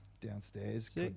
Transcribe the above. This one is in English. downstairs